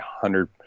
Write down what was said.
hundred